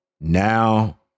now